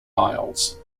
isles